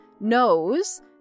knows